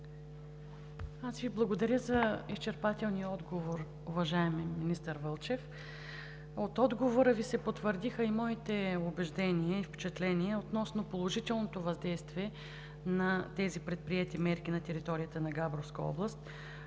Благодаря Ви за изчерпателния отговор, уважаеми министър Вълчев. От отговора Ви се потвърдиха моите убеждения и впечатления относно положителното въздействие на предприетите мерки на територията на Габровска област